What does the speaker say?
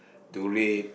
to read